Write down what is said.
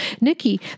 Nikki